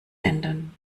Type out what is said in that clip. ändern